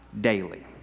Daily